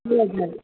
जी जी